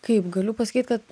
kaip galiu pasakyt kad